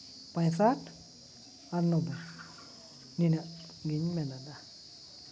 ᱯᱚᱭᱥᱟᱴ ᱟᱨ ᱱᱚᱵᱽᱵᱳᱭ ᱱᱤᱱᱟᱹᱜ ᱜᱮᱧ ᱢᱮᱱᱮᱫᱟ